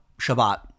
Shabbat